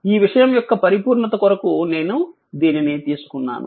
ఈ విషయం యొక్క పరిపూర్ణత కొరకు నేను దీనిని తీసుకున్నాను